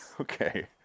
Okay